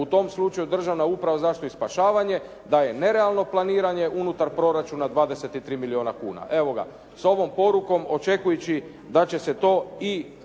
U tom slučaju Državna uprava za zaštitu i spašavanje daje nerealno planiranje unutar proračuna 23 milijuna kuna. Evo ga. S ovom porukom očekujući da će se to i